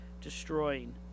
destroying